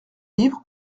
livres